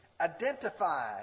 identify